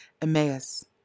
Emmaus